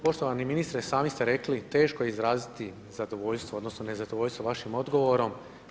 Poštovani ministre, sami ste rekli, teško je izraziti zadovoljstvo, odnosno nezadovoljstvo vašim odgovorom.